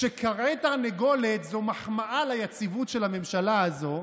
כשכרעי תרנגולת זו מחמאה ליציבות של הממשלה הזו,